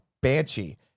banshee